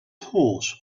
horse